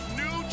new